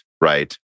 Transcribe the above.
right